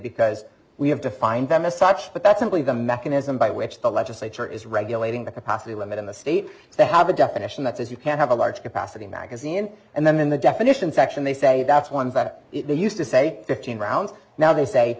because we have defined them as such but that's simply the mechanism by which the legislature is regulating the capacity limit in the state so they have a definition that says you can't have a large capacity magazine and then in the definition section they say that's ones that used to say fifteen rounds now they say